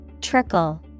Trickle